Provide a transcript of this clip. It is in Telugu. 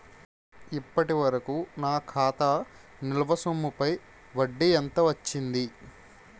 ఇప్పటి వరకూ నా ఖాతా నిల్వ సొమ్ముపై వడ్డీ ఎంత వచ్చింది?